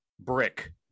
brick